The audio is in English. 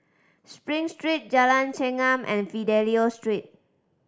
Spring Street Jalan Chengam and Fidelio Street